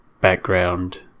background